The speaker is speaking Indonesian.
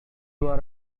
dua